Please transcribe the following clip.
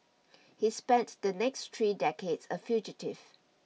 he spent the next three decades a fugitive